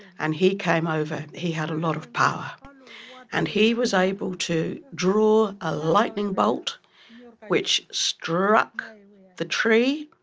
and he came over, he had a lot of power and he was able to draw ah lightning bolt which struck the tree,